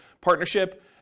partnership